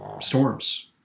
storms